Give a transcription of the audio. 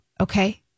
Okay